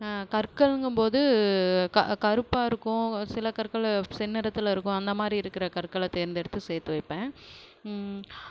கற்கள்ங்கும் போது க கருப்பாக இருக்கும் ஒரு சில கற்கள் செந்நிறத்தில் இருக்கும் அந்த மாதிரி இருக்கிற கற்களை தேர்ந்தெடுத்து சேர்த்து வைப்பேன்